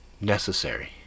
necessary